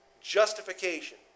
Justification